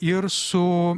ir su